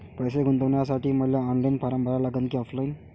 पैसे गुंतन्यासाठी मले ऑनलाईन फारम भरा लागन की ऑफलाईन?